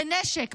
בנשק,